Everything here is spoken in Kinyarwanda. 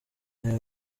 aya